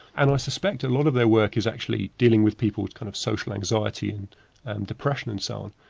and i suspect a lot of their work is actually dealing with people with kind of social anxiety and and depression and so on.